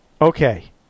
Okay